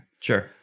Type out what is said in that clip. Sure